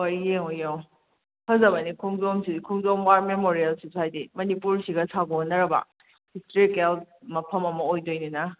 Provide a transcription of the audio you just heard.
ꯍꯣꯏ ꯌꯦꯡꯉꯣ ꯌꯦꯡꯉꯣ ꯐꯖꯕꯅꯦ ꯈꯣꯡꯖꯣꯝꯁꯤ ꯈꯣꯡꯖꯣꯝ ꯋꯥꯔ ꯃꯦꯃꯣꯔꯤꯌꯦꯜꯁꯤꯁꯨ ꯍꯥꯏꯗꯤ ꯃꯅꯤꯄꯨꯔꯁꯤꯒ ꯁꯥꯒꯣꯟꯅꯔꯕ ꯍꯤꯁꯇ꯭ꯔꯤꯀꯦꯜ ꯃꯐꯝ ꯑꯃ ꯑꯣꯏꯗꯣꯏꯅꯤꯅ